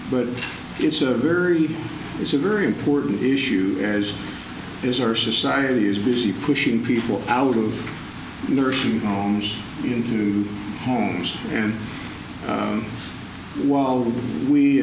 but it's a very it's a very important issue as is our society is busy pushing people out of nursing homes into homes and